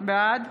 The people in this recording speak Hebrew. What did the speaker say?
בעד